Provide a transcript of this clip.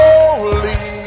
Holy